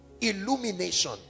illumination